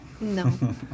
No